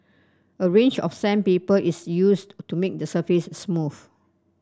a range of sandpaper is used to make the surface smooth